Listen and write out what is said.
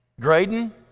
Graydon